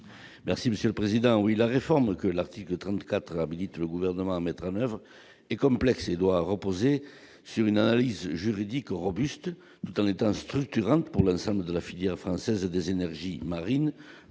Merci Monsieur le Président, oui, la réforme que l'article 34 habilite le gouvernement à mettre et comme Plex Édouard reposé sur une analyse juridique robuste dans l'État structurante pour l'ensemble de la filière française des énergies marines